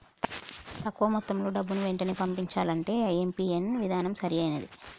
తక్కువ మొత్తంలో డబ్బుని వెంటనే పంపించాలంటే ఐ.ఎం.పీ.ఎస్ విధానం సరైనది